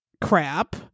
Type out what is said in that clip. crap